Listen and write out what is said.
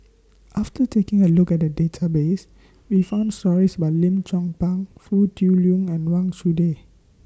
after taking A Look At The Database We found stories about Lim Chong Pang Foo Tui Liew and Wang Chunde